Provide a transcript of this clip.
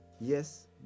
Yes